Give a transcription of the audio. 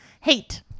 hate